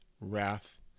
wrath